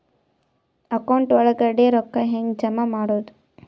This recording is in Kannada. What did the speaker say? ಅಕೌಂಟ್ ಒಳಗಡೆ ರೊಕ್ಕ ಹೆಂಗ್ ಜಮಾ ಮಾಡುದು?